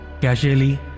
casually